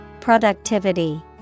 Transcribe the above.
productivity